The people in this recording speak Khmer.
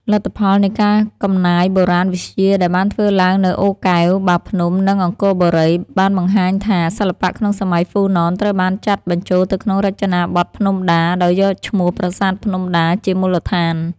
លទ្ធផលនៃការកំណាយបុរាណវិទ្យាដែលបានធ្វើឡើងនៅ អូរកែវ បាភ្នំ និង អង្គរបុរី បានបង្ហាញថា សិល្បៈក្នុងសម័យហ្វូណនត្រូវបានចាត់បញ្ចូលទៅក្នុងរចនាបថភ្នំដា ដោយយកឈ្មោះ ប្រាសាទភ្នំដា ជាមូលដ្ឋាន។